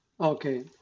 Okay